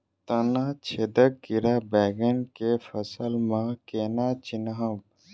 तना छेदक कीड़ा बैंगन केँ फसल म केना चिनहब?